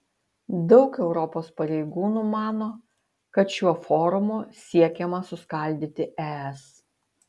daug europos pareigūnų mano kad šiuo forumu siekiama suskaldyti es